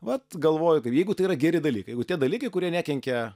vat galvoju jeigu tai yra geri dalykai jeigu tie dalykai kurie nekenkia